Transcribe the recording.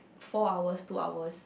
four hours two hours